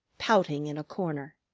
pouting in a corner.